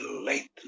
Late